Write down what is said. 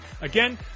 Again